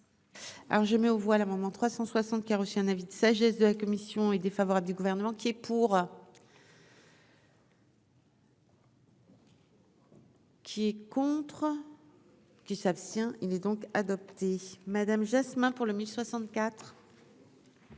Alors je mets aux voix l'amendement 360 qui a reçu un avis de sagesse de la commission est défavorable du gouvernement qui est pour. Qui est contre. Qui s'abstient, il est donc adopté Madame Jasmin pour le 1064.